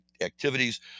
activities